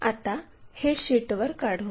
आता हे शीटवर काढू